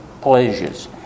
pleasures